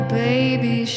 baby